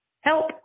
help